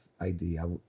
idea